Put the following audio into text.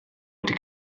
wedi